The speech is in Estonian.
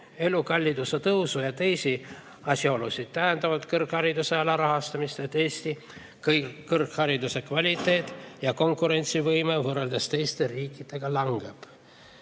elukalliduse tõusu ja teisi asjaolusid, tähendab kõrghariduse alarahastamine, et Eesti kõrghariduse kvaliteet ja konkurentsivõime võrreldes teiste riikidega langeb.